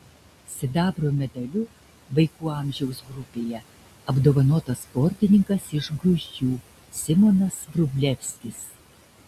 sidabro medaliu vaikų amžiaus grupėje apdovanotas sportininkas iš gruzdžių simonas vrublevskis